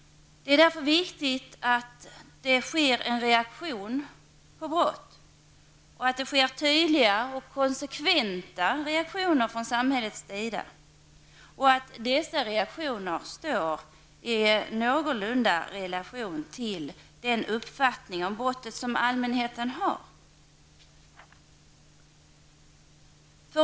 Det är därför viktigt med en reaktion på brott. Det är viktigt att samhället tydligt och konsekvent reagerar på brott och att dessa reaktioner står i något så när rimlig relation till den uppfattning om brottet som allmänheten har.